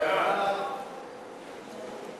סעיפים 1 3 נתקבלו.